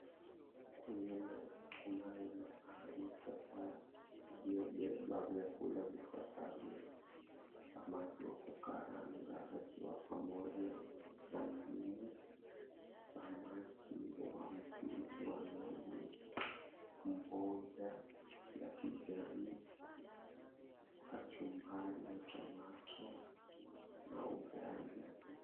Kwenye meza kunayo masahani kadhaa yaliyobeba vyakula vifuatavyo, samaki wa kukaranga akiwa pamoja na ndimu, samaki wa mchuzi wa nazi, mboga ya kijani, kachumbari ya tomato na ugali.